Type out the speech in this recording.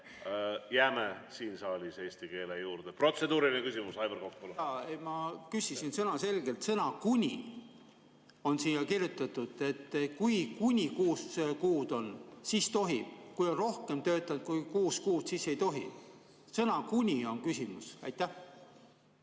Jääme siin saalis eesti keele juurde. Protseduuriline küsimus. Aivar Kokk, palun! Ma küsisin sõnaselgelt: sõna "kuni" on siia kirjutatud, et kui kuni kuus kuud on, siis tohib, kui on töötanud rohkem kui kuus kuud, siis ei tohi. Sõnas "kuni" on küsimus. Ma